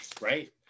right